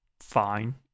fine